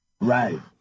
Right